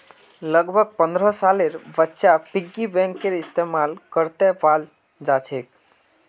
लगभग पन्द्रह सालेर बच्चा पिग्गी बैंकेर इस्तेमाल करते पाल जाछेक